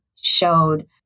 showed